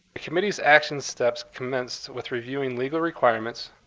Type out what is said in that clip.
the committee's action steps commenced with reviewing legal requirements,